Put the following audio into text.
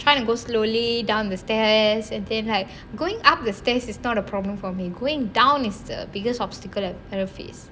try to go slowly down the stairs and then like going up the stairs is not a problem for me going down is the biggest obstacle I have got face